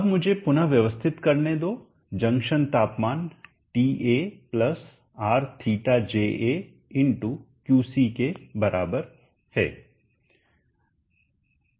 अब मुझे पुन व्यवस्थित करने दो जंक्शन तापमान TA RθJA QC के बराबर है